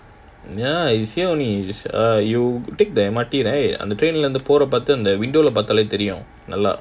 ya is here only you take the M_R_T right அந்த:antha train lah இருந்து பொறப்பவெ தெரியும்.:irunthu porappawe theriyum the window lah பாத்தா:paatthaa